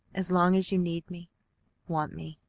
as long as you need me want me,